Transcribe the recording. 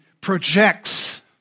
projects